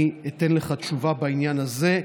אני אתן לך תשובה בעניין הזה.